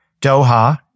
Doha